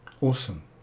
Awesome